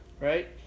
Right